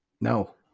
No